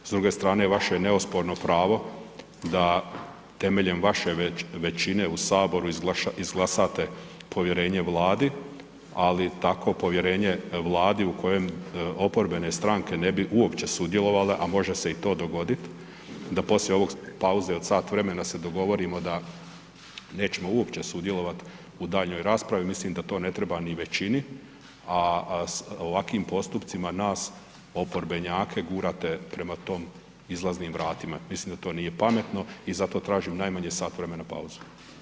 S druge strane vaše je neosporno pravo da temeljem vaše većine u saboru izglasate povjerenje vladi, ali tako povjerenje vladi u kojem oporbene stranke ne bi uopće sudjelovale, a može se i to dogodit da poslije ove pauze od sat vremena se dogovorimo da nećemo uopće sudjelovat u daljnjoj raspravi, mislim da to ne treba ni većini, a s ovakvim postupcima nas oporbenjake gurate prema tom izlaznim vratima, mislim da to nije pametno i zato tražim najmanje sat vremena pauzu.